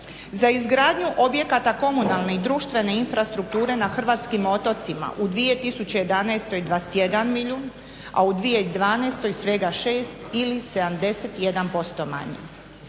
Za izgradnju objekata komunalne i društvene infrastrukture na hrvatskim otocima u 2011. 21 milijuna a u 2012.svega 6 ili 71% manje.